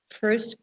First